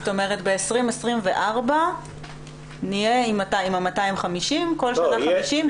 זאת אומרת ב-2024 נהיה עם ה-250, כל שנה 50?